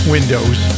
Windows